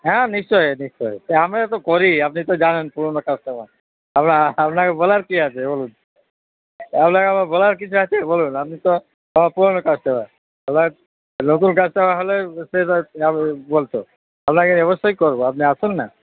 হ্যাঁ নিশ্চই নিশ্চই তো আমরা তো করি আপনি তো জানেন পুরনো কাস্টমার আবার আপনাকে বলার কি আছে বলুন তাহলে বলার কিছু আছে বলুন আপনি তো পুরানো কাস্টমার আবার নতুন কাস্টমার হলে সে না হয় বলত আপনাকে অবশ্যই করব আপনি আসুন না